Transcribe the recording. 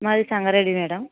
మాది సంగారెడ్డి మేడమ్